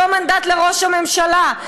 אותו מנדט לראש הממשלה.